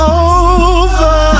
over